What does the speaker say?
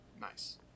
nice